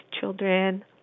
children